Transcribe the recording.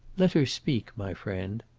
let her speak, my friend.